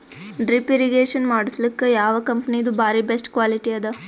Drip irrigation ಮಾಡಸಲಕ್ಕ ಯಾವ ಕಂಪನಿದು ಬಾರಿ ಬೆಸ್ಟ್ ಕ್ವಾಲಿಟಿ ಅದ?